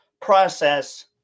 process